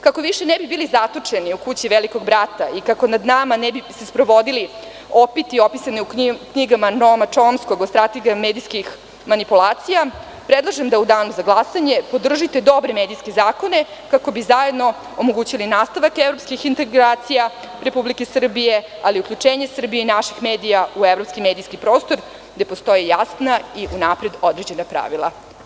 Kako više ne bi bili zatočeni u kući „Velikog brata“ i kako nad nama ne bi se sprovodili opiti opisani u knjigama Nomad Čomskog o strategiji medijskih manipulacija, predlažem da u danu za glasanje podržite dobre medijske zakone kako bi zajedno omogućili nastavak evropskih integracija Republike Srbije, ali i uključenje Srbije i naših medija u evropski i medijski prostor, gde postoje jasna i unapred određena pravila.